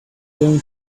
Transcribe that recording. going